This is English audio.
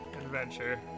adventure